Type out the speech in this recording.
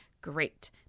Great